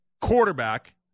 quarterback